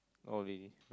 oh really